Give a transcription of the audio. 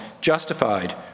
justified